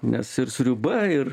nes ir sriuba ir